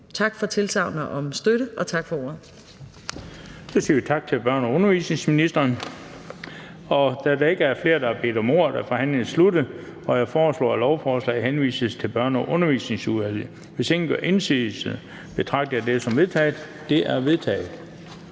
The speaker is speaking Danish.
fg. formand (Bent Bøgsted): Så siger vi tak til børne- og undervisningsministeren. Da der ikke er flere, der har bedt om ordet, er forhandlingen sluttet. Jeg foreslår, at lovforslaget henvises til Børne- og Undervisningsudvalget. Hvis ingen gør indsigelse, betragter jeg det som vedtaget. Det er vedtaget.